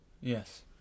Yes